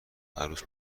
عروس